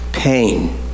Pain